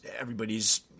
everybody's